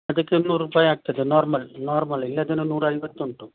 ಅದಕ್ಕೆ ಇನ್ನೂರು ರೂಪಾಯಿ ಆಗ್ತದೆ ನಾರ್ಮಲ್ ನಾರ್ಮಲ್ ಇಲ್ಲದನ್ನ ನೂರ ಐವತ್ತು ಉಂಟು